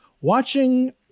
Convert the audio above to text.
watching